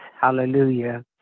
Hallelujah